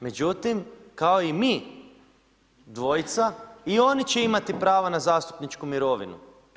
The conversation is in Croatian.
Međutim, kao i mi dvojica i oni će imati prava na zastupničku mirovinu.